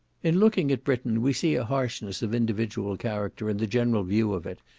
in looking at britain, we see a harshness of individual character in the general view of it,